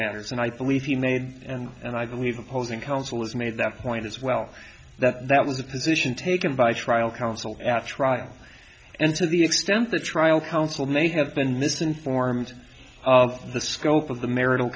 matters and i believe he made and i believe opposing counsel has made that point as well that that was the position taken by trial counsel at trial and to the extent the trial counsel may have been misinformed the scope of the marital